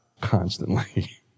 constantly